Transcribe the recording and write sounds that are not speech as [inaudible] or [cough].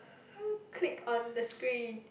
[noise] click on the screen